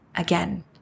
again